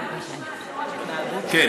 גם שניים, לא רק, כן.